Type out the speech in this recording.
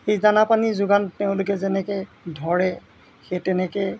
সেই দানা পানী যোগান তেওঁলোকে যেনেকৈ ধৰে সেই তেনেকৈ